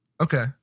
Okay